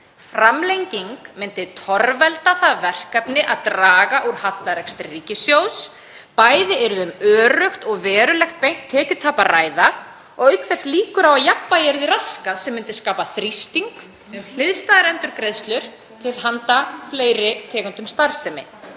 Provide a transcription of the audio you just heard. „Framlenging myndi torvelda það verkefni að draga úr hallarekstri ríkissjóðs. Bæði yrði um öruggt og verulegt beint tekjutap að ræða og auk þess líkur á að jafnræði yrði raskað sem myndi skapa þrýsting um hliðstæðar endurgreiðslur til handa fleiri tegundum starfsemi.“